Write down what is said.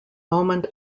moment